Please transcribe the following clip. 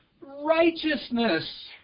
righteousness